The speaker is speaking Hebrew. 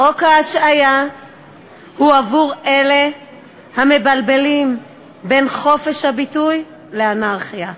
חוק ההשעיה הוא עבור אלה המבלבלים בין חופש הביטוי לאנרכיה.